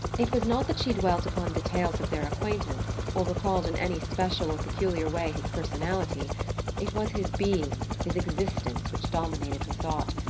it was not that she dwelt upon details of their acquaintance, or recalled in any special or peculiar way his personality it was his being, his existence, which dominated her thought,